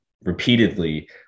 repeatedly